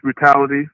brutality